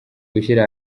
gushyira